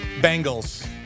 Bengals